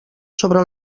sobre